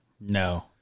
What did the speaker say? No